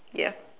yeah